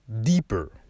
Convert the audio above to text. deeper